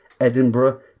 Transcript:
Edinburgh